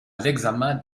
l’examen